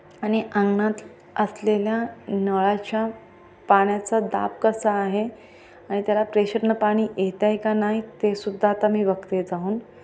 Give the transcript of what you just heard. आणि अंगणात असलेल्या नळाच्या पाण्याचा दाब कसा आहे आणि त्याला प्रेशरनं पाणी येतं आहे का नाही तेसुद्धा आता मी बघते जाऊन